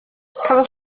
cafodd